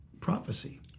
prophecy